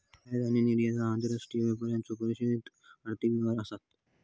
आयात आणि निर्यात ह्या आंतरराष्ट्रीय व्यापाराचो परिभाषित आर्थिक व्यवहार आसत